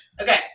Okay